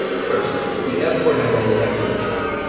first, the escort had done an excellent job.